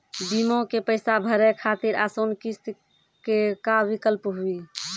बीमा के पैसा भरे खातिर आसान किस्त के का विकल्प हुई?